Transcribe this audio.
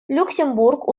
люксембург